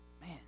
man